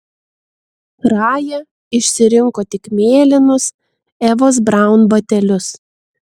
raja išsirinko tik mėlynus evos braun batelius